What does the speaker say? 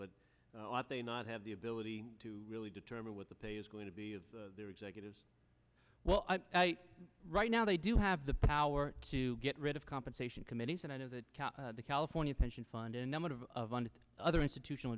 but they not have the ability to really determine what the pay is going to be of their executives well right now they do have the power to get rid of compensation committees and i know that the california pension fund a number of other institutional